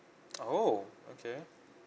oh okay